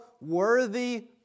worthy